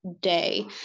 day